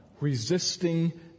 resisting